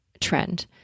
trend